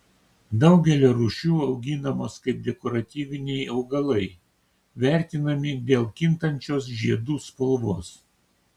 daugelio rūšių auginamos kaip dekoratyviniai augalai vertinami dėl kintančios žiedų spalvos